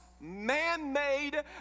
man-made